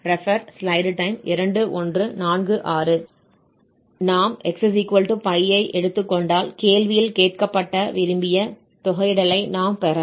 நாம் xπ ஐ எடுத்துக் கொண்டால் கேள்வியில் கேட்கப்பட்ட விரும்பிய தொகையிடலைப் நாம் பெறலாம்